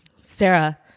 Sarah